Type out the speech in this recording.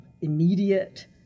immediate